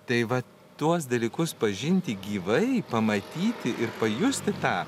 tai va tuos dalykus pažinti gyvai pamatyti ir pajusti tą